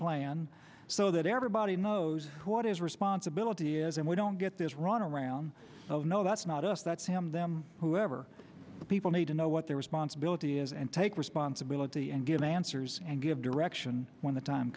plan so that everybody knows what his responsibility is and we don't get this runaround of no that's not us that's him them whoever the people need to know what their responsibility is and take responsibility and give answers and give direction when the time